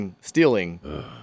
stealing